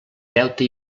deute